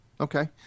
okay